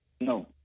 No